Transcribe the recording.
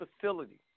facility